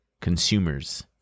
consumers